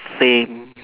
same